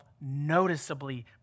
noticeably